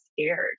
scared